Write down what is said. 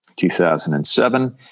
2007